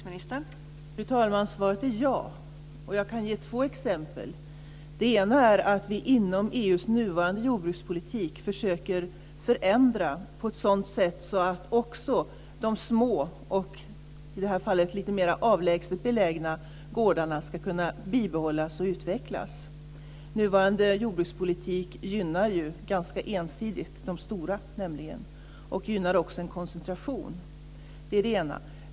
Fru talman! Svaret är ja. Jag kan ge två exempel. Det ena är att vi inom EU:s nuvarande jordbrukspolitik försöker förändra på ett sådant sätt att också de små och, i det här fallet, lite mer avlägset belägna gårdarna, ska kunna bibehållas och utvecklas. Nuvarande jordbrukspolitik gynnar nämligen ganska ensidigt de stora och gynnar också en koncentration.